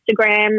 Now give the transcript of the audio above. Instagram